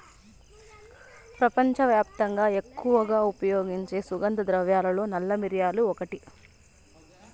ప్రపంచవ్యాప్తంగా ఎక్కువగా ఉపయోగించే సుగంధ ద్రవ్యాలలో నల్ల మిరియాలు ఒకటి